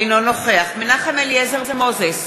אינו נוכח מנחם אליעזר מוזס,